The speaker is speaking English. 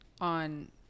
on